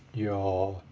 your